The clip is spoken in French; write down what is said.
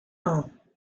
ans